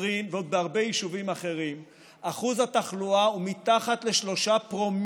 קצרין ובעוד הרבה יישובים אחרים אחוז התחלואה הוא מתחת ל-0.3%.